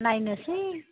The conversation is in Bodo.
नायनोसै